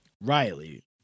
Riley